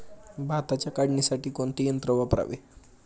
भाताच्या काढणीसाठी कोणते यंत्र वापरावे?